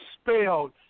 spelled